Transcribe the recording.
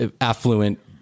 affluent